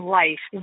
life